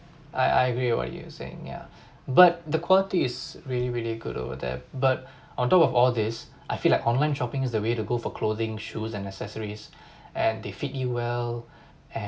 I I agree what you were saying ya but the quality is really really good over there but on top of all this I feel like online shopping is the way to go for clothing shoes and accessories and they fit you well